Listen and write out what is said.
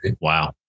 Wow